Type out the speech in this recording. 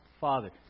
Father